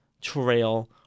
trail